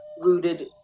rooted